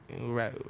right